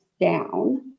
down